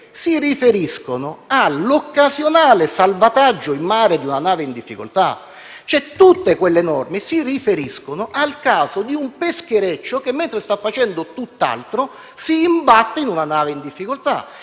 si riferiscono all'occasionale salvataggio in mare di una nave in difficoltà. Tutte quelle norme si riferiscono al caso di un peschereccio che, mentre sta facendo tutt'altro, si imbatte in una nave in difficoltà